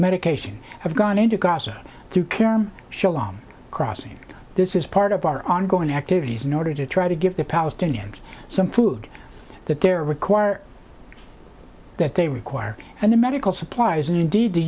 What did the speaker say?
medication have gone into gaza to care show on crossing this is part of our ongoing activities in order to try to give the palestinians some food that they're require that they require and the medical supplies and indeed the